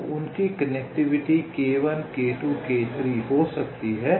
तो उनकी connectivity k1 k2 k3 हो सकती है